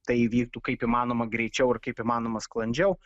tai įvyktų kaip įmanoma greičiau ir kaip įmanoma sklandžiau